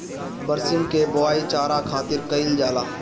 बरसीम के बोआई चारा खातिर कईल जाला